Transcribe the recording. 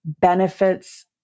benefits